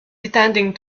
intending